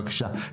בבקשה,